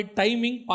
timing